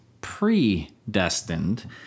predestined